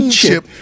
chip